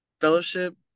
fellowship